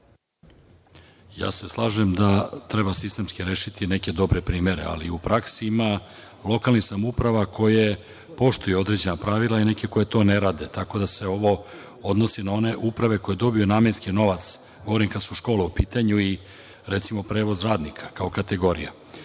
Slažem se da treba sistemski rešiti neke dobre primere, ali u praksi ima lokalnih samouprava koje poštuju određena pravila i neke koje to ne rade. Ovo se odnosi na one uprave koje dobiju namenski novac. Govorim kada su škole u pitanju, recimo, prevoz radnika, kao kategorija.